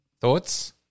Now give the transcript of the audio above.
Thoughts